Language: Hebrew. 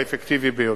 והאפקטיבי ביותר.